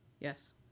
Yes